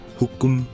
hukum